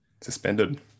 Suspended